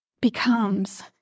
becomes